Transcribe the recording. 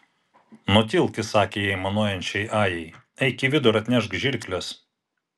nutilk įsakė ji aimanuojančiai ajai eik į vidų ir atnešk žirkles